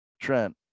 trent